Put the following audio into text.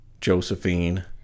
Josephine